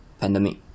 pandemic